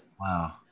Wow